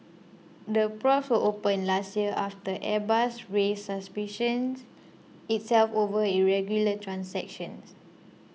the probes were opened last year after Airbus raised suspicions itself over irregular transactions